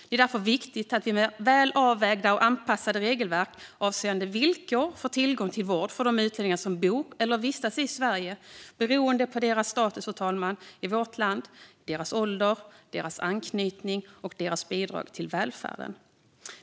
Det är därför viktigt med väl avvägda och anpassade regelverk avseende villkor för tillgång till vård för de utlänningar som bor eller vistas i Sverige beroende på deras status i vårt land, deras ålder, deras anknytning och deras bidrag till välfärden.